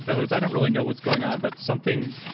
other words, i don't really know what's going on, but something,